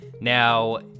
Now